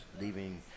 leaving